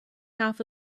half